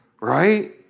Right